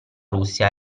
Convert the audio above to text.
russia